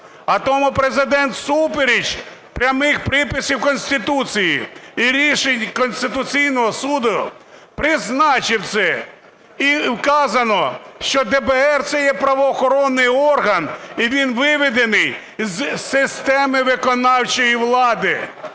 А тому Президент, всупереч прямих приписів Конституції і рішень Конституційного Суду, призначив це. І вказано, що ДБР – це є правоохоронний орган і він виведений з системи виконавчої влади,